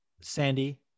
Sandy